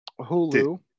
Hulu